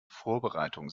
vorbereitung